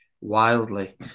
wildly